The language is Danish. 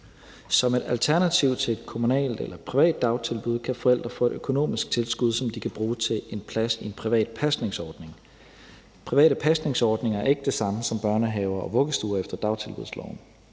Som et alternativ til et kommunalt eller privat dagtilbud kan forældre få et økonomisk tilskud, som de kan bruge til en plads i en privat pasningsordning. Private pasningsordninger er ikke det samme som børnehaver og vuggestuer efter dagtilbudsloven.